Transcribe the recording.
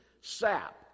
sap